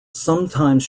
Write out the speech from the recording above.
sometimes